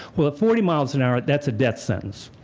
well, forty miles an hour. that's a death sentence.